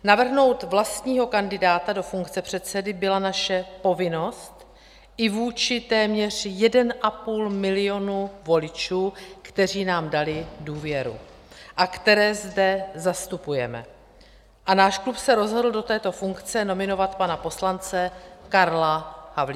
Navrhnout vlastního kandidáta do funkce předsedy byla naše povinnost i vůči téměř 1,5 milionu voličů, kteří nám dali důvěru a které zde zastupujeme, a náš klub se rozhodl do této funkce nominovat pana poslance Karla Havlíčka.